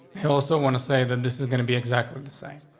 you also want to say that this is gonna be exactly the same.